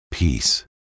peace